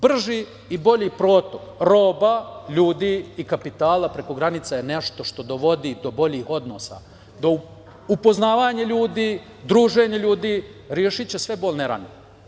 Brži i bolji protok roba, ljudi i kapitala preko granica je nešto što dovodi do boljih odnosa, do upoznavanja ljudi, druženja ljudi, rešiće sve bolne rane.